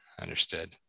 Understood